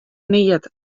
neat